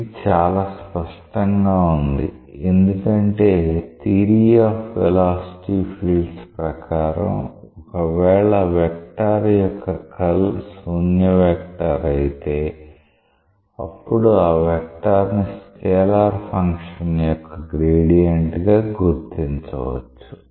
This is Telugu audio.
ఇది చాల స్పష్టంగా ఉంది ఎందుకంటే థియరీ ఆఫ్ వెలాసిటీ ఫీల్డ్స్ ప్రకారం ఒకవేళ వెక్టార్ యొక్క కర్ల్ శూన్య వెక్టార్ అయితే అప్పుడు ఆ వెక్టార్ ని స్కేలార్ ఫంక్షన్ యొక్క గ్రేడియంట్ గా గుర్తించవచ్చు